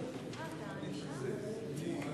המקומיות (מימון בחירות)